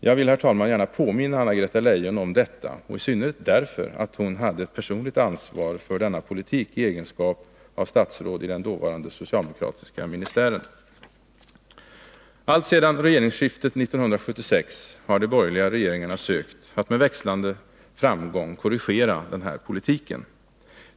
Jag vill, herr talman, gärna påminna Anna-Greta Leijon om detta, i synnerhet därför att hon i egenskap av statsråd i den dåvarande socialdemokratiska ministären hade ett personligt ansvar för denna politik. Alltsedan regeringsskiftet 1976 har de borgerliga regeringarna sökt att med växlande framgång korrigera denna politik.